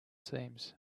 seams